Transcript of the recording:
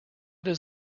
does